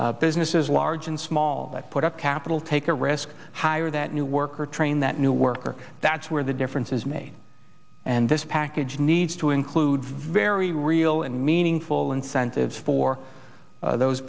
country businesses large and small that put up capital take a risk hire that new worker train that new worker that's where the difference is made and this package needs to include very real and meaningful incentives for those